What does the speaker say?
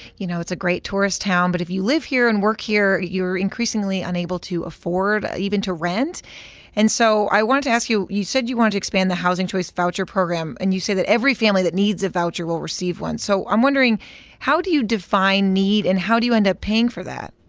you know, it's a great tourist town, but if you live here and work here, you're increasingly unable to afford even to rent and so i wanted to ask you you said you wanted expand the housing choice voucher program, and you say that every family that needs a voucher will receive one. so i'm wondering how do you define need, and how do you end up paying for that?